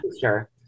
sure